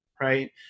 right